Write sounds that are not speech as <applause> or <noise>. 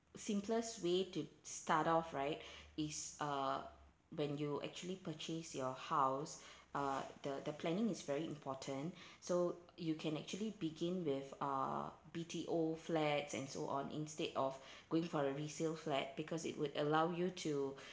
simplest way to start off right <breath> is uh when you actually purchase your house <breath> uh the the planning is very important so you can actually begin with uh B_T_O flats and so on instead of <breath> going for a resale flat because it would allow you to <breath>